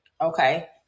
Okay